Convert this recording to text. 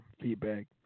feedback